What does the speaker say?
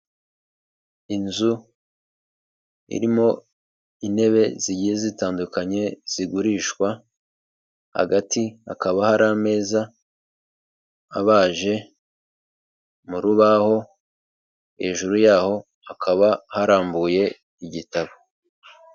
Inzu irimo intebe zigiye zitandukanye zigurishwa hagati hakaba hari ameza, abaje mu rubaho hejuru yaho hakaba harambuye igitabo.